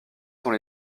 sont